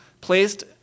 placed